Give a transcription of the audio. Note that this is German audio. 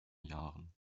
jahren